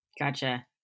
Gotcha